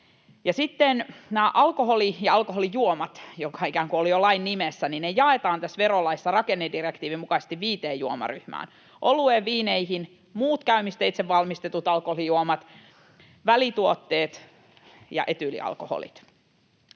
sitten nämä alkoholi- ja alkoholijuomat, jotka olivat jo lain nimessä, jaetaan tässä verolaissa rakennedirektiivin mukaisesti viiteen juomaryhmään: oluet, viinit, muut käymisteitse valmistetut alkoholijuomat, välituotteet ja etyylialkoholit.